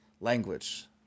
language